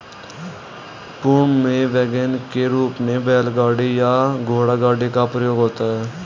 पूर्व में वैगन के रूप में बैलगाड़ी या घोड़ागाड़ी का प्रयोग होता था